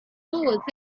bullets